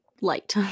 light